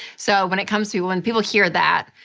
so, when it comes to people, when people hear that,